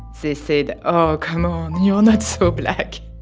they said, oh, come on, you're not so black.